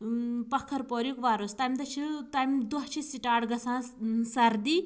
پکھر پوریٛک وۄرُث تَمہِ دۄہ چھِ تَمہِ دۄہ چھِ سٹارٹ گژھان سردی